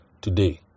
today